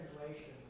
translation